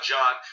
John